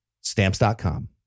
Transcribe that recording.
Stamps.com